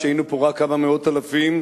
כשהיינו פה רק כמה מאות אלפים,